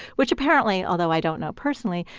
which apparently, although i don't know personally,